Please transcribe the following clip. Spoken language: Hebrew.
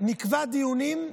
נקבעים דיונים: